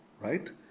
right